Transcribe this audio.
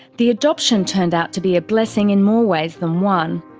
the adoption turned out to be a blessing in more ways than one.